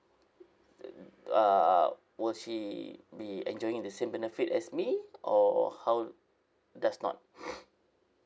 uh will she be enjoying the same benefit as me or how does not